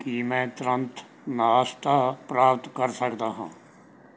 ਕੀ ਮੈਂ ਤੁਰੰਤ ਨਾਸ਼ਤਾ ਪ੍ਰਾਪਤ ਕਰ ਸਕਦਾ ਹਾਂ